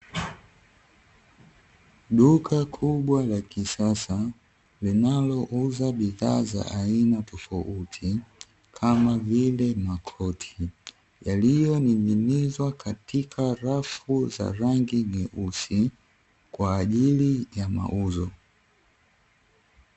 Duka kubwa la kisasa linalouza bidhaa za aina tofauti, kama vile makoti, yaliyoning'inizwa katika rafu za rangi nyeusi kwa ajili ya mauzo.